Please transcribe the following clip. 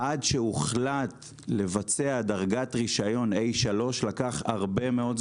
עד שהוחלט לבצע דרגת רישיון A-3 לקח הרבה מאוד זמן.